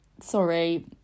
sorry